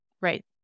Right